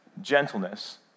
gentleness